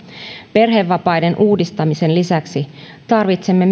perhevapaiden uudistamisen lisäksi tarvitsemme